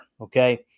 okay